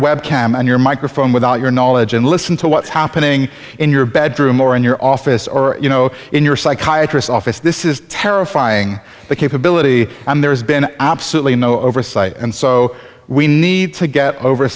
webcam on your microphone without your knowledge and listen to what's happening in your bedroom or in your office or you know in your psychiatry office this is terrifying the capability and there's been absolutely no oversight and so we need to get over